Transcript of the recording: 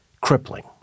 crippling